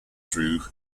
through